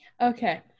okay